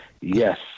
Yes